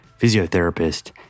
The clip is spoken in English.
physiotherapist